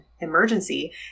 emergency